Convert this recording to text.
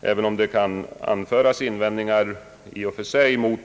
även om det kan anföras invändningar i och för sig mot